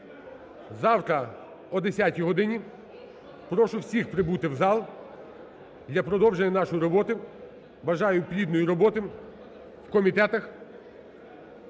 Завтра о 10 годині прошу всіх прибути в зал для продовження нашої роботи. Бажаю плідної роботи в комітетах.